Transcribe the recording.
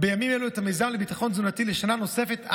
את המיזם לביטחון תזונתי לשנה נוספת,